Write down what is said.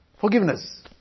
Forgiveness